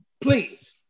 Please